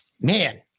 man